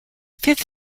fifth